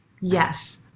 yes